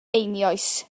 einioes